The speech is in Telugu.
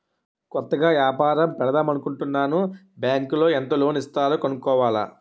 కొత్తగా ఏపారం పెడదామనుకుంటన్నాను బ్యాంకులో ఎంత లోను ఇస్తారో కనుక్కోవాల